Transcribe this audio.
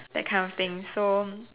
that kind of thing so